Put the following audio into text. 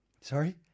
Sorry